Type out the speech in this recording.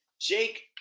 Jake